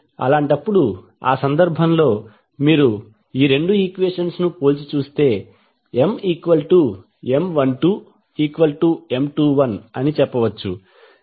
అలాంటప్పుడు ఆ సందర్భం లో మీరు ఈ రెండు ఈక్వెషన్లను పోల్చి చూస్తే మీరు MM12M21 అని చెప్పవచ్చు